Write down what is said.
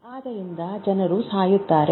ಆದ್ದರಿಂದ ಜನರು ಸಾಯುತ್ತಾರೆ